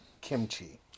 kimchi